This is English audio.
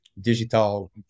digital